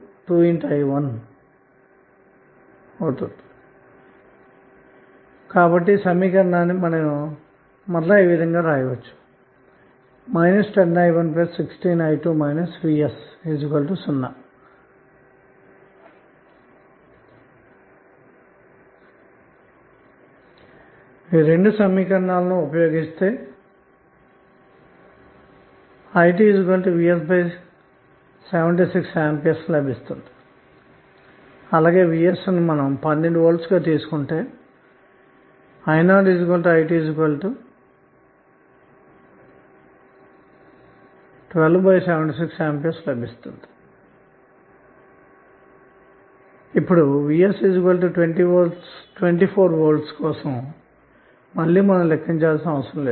vx2i1 కాబట్టిసమీకరణాన్ని ఈ విధంగా వ్రాయవచ్చు 10i116i2 vs0 పై రెండు సమీకరణాలు ఉపయోగించి పరిష్కరిస్తే i2vs76 లభిస్తుంది అలాగే vs12 V తీసుకొంటే I0i21276 A లభిస్తుంది ఇప్పుడు Vs 24V కోసం మళ్ళీ లెక్కించాల్సిన అవసరం లేదు